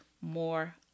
more